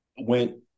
went